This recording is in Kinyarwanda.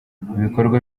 ibikorwa